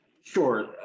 Sure